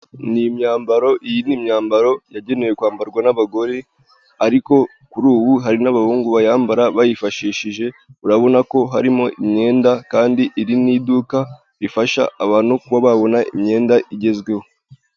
Ni imyambaro, iyi ni imyambaro yagenewe kwambarwa n'abagore, ariko kuri ubu hari n'abahungu bayambara bayifashishije, urabona ko harimo imyenda kandi iri ni'iduka rifasha abantu kuba babona imyenda igezweho.